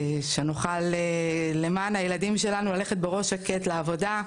שנוכל למען הילדים שלנו ללכת בראש שקט לעבודה,